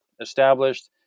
established